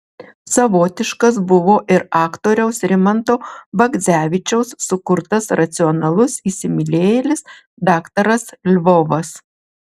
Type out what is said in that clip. savotiškas buvo ir aktoriaus rimanto bagdzevičiaus sukurtas racionalus įsimylėjėlis daktaras lvovas